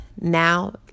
now